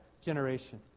generation